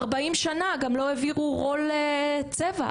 שנה לא העבירו רול צבע?